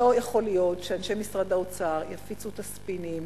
לא יכול להיות שאנשי משרד האוצר יפיצו את הספינים,